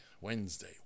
Wednesday